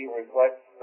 reflects